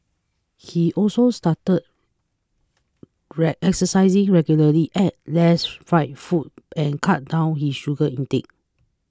he also started re exercising regularly ate less fried food and cut down his sugar intake